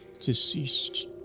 deceased